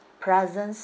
pleasant